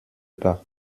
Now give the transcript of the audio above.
pas